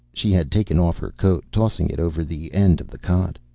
she had taken off her coat, tossing it over the end of the cot.